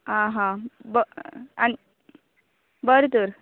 आ हा ब आनी बरें तर